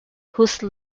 whose